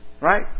right